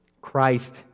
Christ